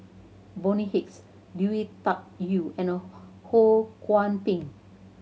Bonny Hicks Lui Tuck Yew and Ho Kwon Ping